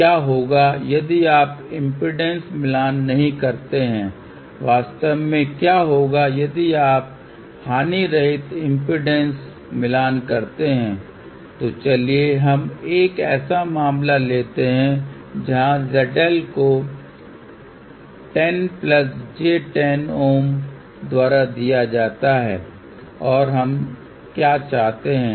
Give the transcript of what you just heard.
क्या होगा यदि आप इम्पीडेन्स मिलान नहीं करते हैं वास्तव में क्या होगा यदि आप हानिरहित इम्पीडेन्स मिलान करते हैं तो चलिए हम एक ऐसा मामला लेते हैं जहाँ ZL को 10 j 10 Ω द्वारा दिया जाता है और हम क्या चाहते हैं